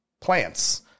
plants